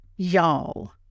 y'all